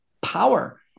power